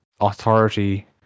authority